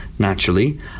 Naturally